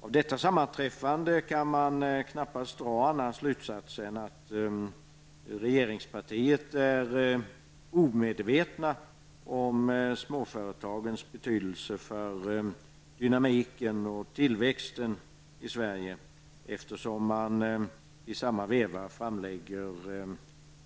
Av detta sammanträffande kan man knappast dra någon annan slutsats än att regeringspartiet är omedvetet om småföretagens betydelse för dynamiken och tillväxten i Sverige, eftersom man i samma veva framlägger